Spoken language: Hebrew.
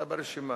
אתה ברשימה.